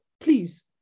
please